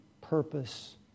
purpose